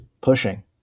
pushing